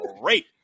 great